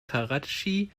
karatschi